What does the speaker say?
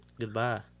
goodbye